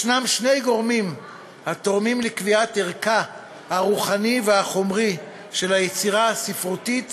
יש שני גורמים התורמים לקביעת ערכה הרוחני והחומרי של היצירה הספרותית